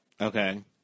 okay